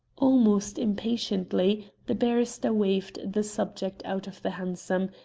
almost impatiently the barrister waved the subject out of the hansom,